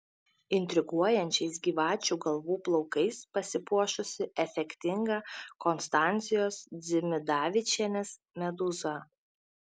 intriguojančiais gyvačių galvų plaukais pasipuošusi efektinga konstancijos dzimidavičienės medūza